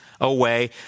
away